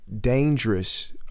dangerous